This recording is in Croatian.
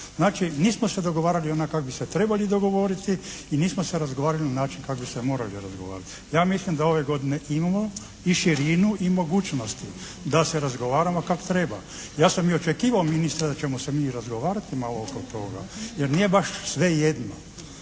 Znači nismo se dogovarali onak kak bi se trebali dogovoriti i nismo se razgovarali na način kak bi se morali razgovarati. Ja mislim da ove godine imamo i širinu i mogućnost da se razgovaramo kak treba. Ja sam i očekivao ministre da ćemo se mi razgovarati malo oko toga, jer nije baš svejedno.